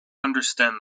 understand